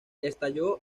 estalló